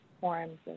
forms